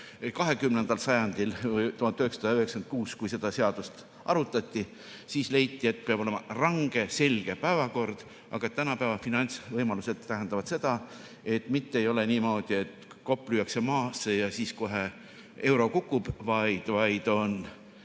20. sajandil – 1996, kui seda seadust arutati – leiti, et peab olema range, selge päevakord. Aga tänapäeva finantsvõimalused tähendavad seda, et pole niimoodi, et kopp lüüakse maasse ja siis kohe euro kukub, vaid on